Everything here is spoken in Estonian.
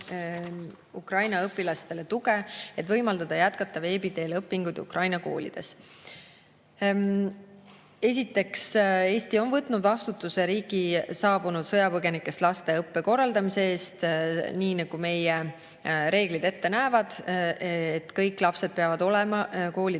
Ukraina õpilastele tuge, et võimaldada jätkata veebi teel õpingud Ukraina koolides?" Esiteks, Eesti on võtnud vastutuse riiki saabunud sõjapõgenikest laste õppe korraldamise eest. Meie reeglid näevad ette, et kõik lapsed peavad olema koolidesse